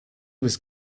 was